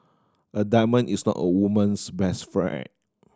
a diamond is not a woman's best friend